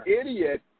idiot